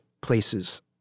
places